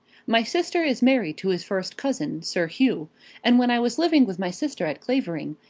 my sister is married to his first-cousin, sir hugh and when i was living with my sister at clavering,